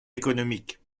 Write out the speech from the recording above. économique